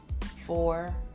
four